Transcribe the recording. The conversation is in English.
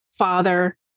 father